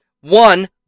One